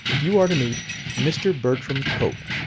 you are to meet mr. bertram cope.